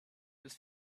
was